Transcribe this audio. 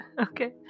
Okay